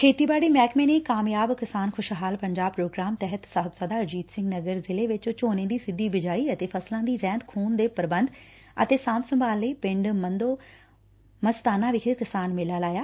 ਖੇਤੀਬਾੜੀ ਮਹਿਕਮੇ ਨੇ ਕਾਮਯਾਬ ਕਿਸਾਨ ਖੁਸ਼ਹਾਲ ਪੰਜਾਬ ਪ੍ਰੋਗਰਾਮ ਤਹਿਤ ਸਾਹਿਬਜ਼ਾਦਾ ਅਜੀਤ ਸਿੰਘ ਨਗਰ ਜ਼ਿਲ੍ਹੇ ਵਿਚ ਝੋਨੇ ਦੀ ਸਿੱਧੀ ਬਿਜਾਈ ਅਤੇ ਫਸਲਾਂ ਦੀ ਰਹਿਂਦ ਖੰਹਦ ਦੇ ਪ੍ਰਬੰਧ ਅਤੇ ਸਾਂਭ ਸੰਭਾਲ ਲਈ ਪਿੰਡ ਮੰਧੋ ਮਸਤਾਨਾ ਵਿਖੇ ਕਿਸਾਨ ਮੇਲਾ ਲਗਾਇਆ